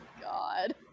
god